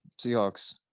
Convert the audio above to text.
Seahawks